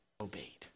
obeyed